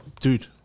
dude